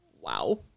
Wow